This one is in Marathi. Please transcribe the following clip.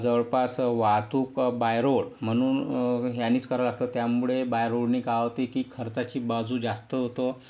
जवळपास वाहतूक बाय रोड म्हणून ह्यानीच करायला लागतं त्यामुळे बाय रोडनी काय होतं आहे की खर्चाची बाजू जास्त होतं